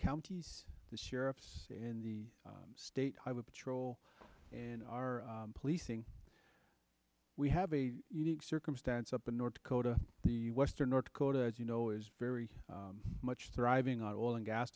counties the sheriffs in the state patrol and our policing we have a unique circumstance up in north dakota western north dakota as you know is very much thriving on oil and gas